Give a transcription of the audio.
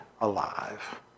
alive